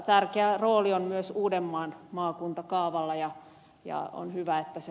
tärkeä rooli on myös uudenmaan maakuntakaavalla ja on hyvä että se